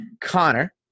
Connor